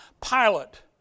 pilot